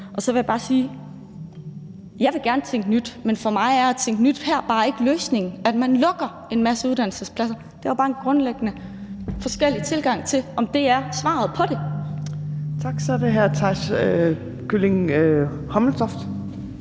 Så vil jeg bare sige, at jeg gerne vil tænke nyt, men for mig er løsningen her bare ikke, at man lukker en masse uddannelsespladser. Der er bare en grundlæggende forskellig tilgang til, om det er svaret på det. Kl. 17:41 Tredje næstformand